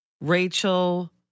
Rachel